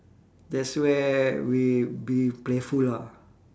that's where we be playful lah